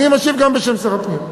אני משיב גם בשם שר הפנים.